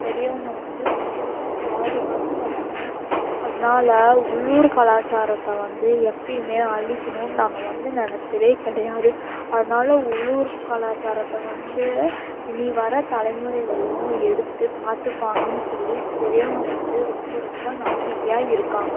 பெரியவங்க வந்து ரொம்ப ரொம்ப பாதுகாத்து வர்றாங்க அதனால உள்ளூர் கலாச்சாரத்தை வந்து எப்பயும் அழிக்கணுன்னு நாங்கள் வந்து நினைச்சதே கிடையாது அதனால உள்ளூர் கலாச்சாரத்தை வந்து இனி வர தலைமுறைகளும் எடுத்து பார்த்துப்பாங்கனு சொல்லி பெரியவங்கள் வந்து ரொம்ப ரொம்ப நம்பிக்கையாக இருக்காங்க